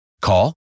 Call